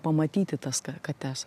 pamatyti tas ka kates